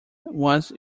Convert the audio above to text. was